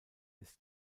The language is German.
ist